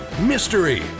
mystery